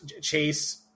chase